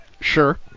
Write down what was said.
Sure